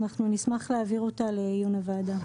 נשמח להעביר אותה לעיון הוועדה.